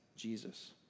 Jesus